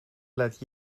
lät